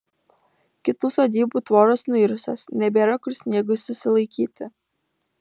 kitų sodybų tvoros nuirusios nebėra kur sniegui susilaikyti